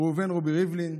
ראובן רובי ריבלין.